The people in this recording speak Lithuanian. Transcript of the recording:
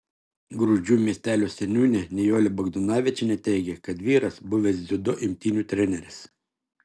gruzdžių miestelio seniūnė nijolė bagdonavičienė teigė kad vyras buvęs dziudo imtynių treneris